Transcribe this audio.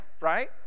right